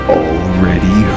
already